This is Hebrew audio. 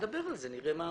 נדבר על זה ונראה מה עושים.